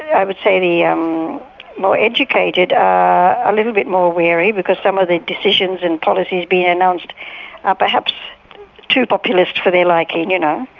i would say the um more educated are a little bit more wary, because some of the decisions and policies being announced ah perhaps too populist for their liking, you know?